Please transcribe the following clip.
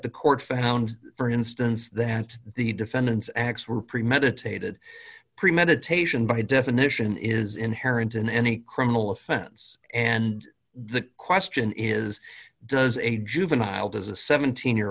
the court found for instance that the defendant's acts were premeditated premeditation by definition is inherent in any criminal offense and the question is does a juvenile does a seventeen year